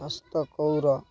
ସ୍ନାତକୋଉର